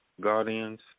Guardians